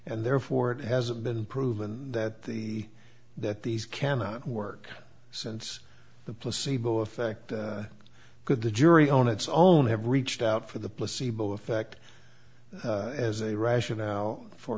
and therefore it hasn't been proven that the that these cannot work since the placebo effect could the jury on its own have reached out for the placebo effect as a rationale for